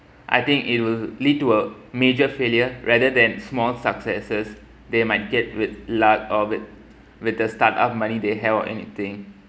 I think it will lead to a major failure rather than small successes they might get with luck or with with a startup money they held anything